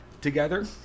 together